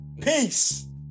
Peace